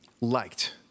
liked